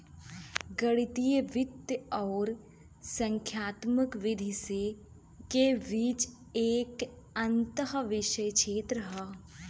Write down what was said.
गणितीय वित्त आउर संख्यात्मक विधि के बीच एक अंतःविषय क्षेत्र हौ